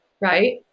Right